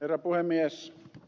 herra puhemies